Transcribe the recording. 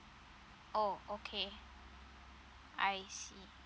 oh okay I see